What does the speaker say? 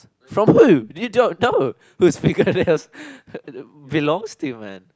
from who you don't know whose fingernails belongs to man